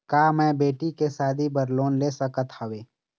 का मैं बेटी के शादी बर लोन ले सकत हावे?